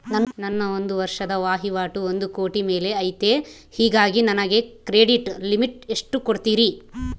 ನನ್ನ ಒಂದು ವರ್ಷದ ವಹಿವಾಟು ಒಂದು ಕೋಟಿ ಮೇಲೆ ಐತೆ ಹೇಗಾಗಿ ನನಗೆ ಕ್ರೆಡಿಟ್ ಲಿಮಿಟ್ ಎಷ್ಟು ಕೊಡ್ತೇರಿ?